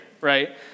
right